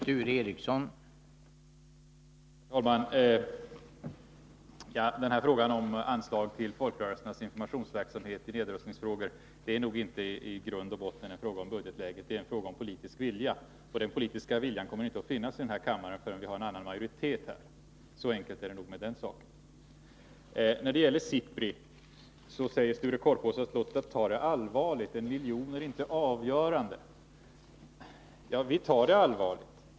Herr talman! Frågan om anslag till folkrörelsernas informationsverksamhet i nedrustningfrågor är i grund och botten inte en fråga om budgetläget — det är en fråga om politisk vilja. Den politiska viljan kommer inte att finnas här i kammaren förrän vi har en annan majoritet. Så enkelt är det med den saken. När det gäller SIPRI säger Sture Korpås: Låt oss ta det allvarligt! En miljon är inte avgörande. Vi tar det allvarligt.